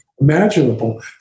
imaginable